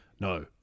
No